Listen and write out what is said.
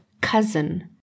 cousin